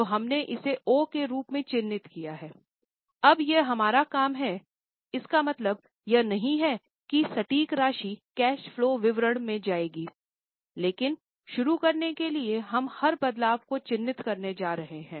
तो हमने इसे ओ के रूप में चिह्नित किया है अब यह हमारा काम है इसका मतलब यह नहीं है कि सटीक राशि कैश फलो विवरण में जाएगी लेकिन शुरू करने के लिए हम हर बदलाव को चिह्नित करने जा रहे हैं